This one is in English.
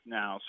now